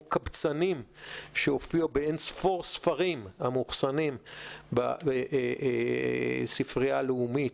קבצנים שהופיעו באינספור ספרים המאוחסנים בספרייה הלאומית,